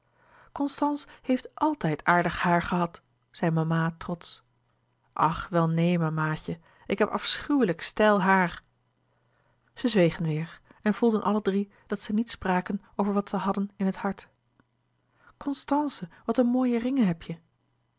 constance heeft àltijd aardig haar gehad zei mama trotsch ach wel neen mama tje ik heb afschuwelijk stijl haar zij zwegen weêr en voelden alle drie dat zij niet spraken over wat zij hadden in het hart louis couperus de boeken der kleine zielen constance wat een mooie ringen heb je